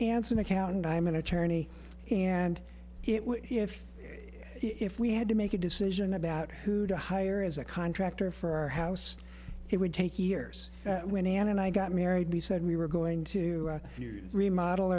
answered account and i'm an attorney and it was if if we had to make a decision about who to hire as a contractor for our house it would take years when ann and i got married we said we were going to remodel